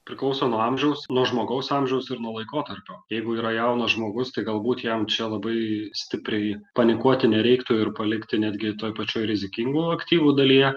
priklauso nuo amžiaus nuo žmogaus amžiaus ir nuo laikotarpio jeigu yra jaunas žmogus tai galbūt jam čia labai stipriai panikuoti nereiktų ir palikti netgi toj pačioj rizikingų aktyvų dalyje